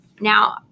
Now